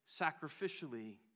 sacrificially